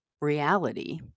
reality